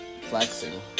Flexing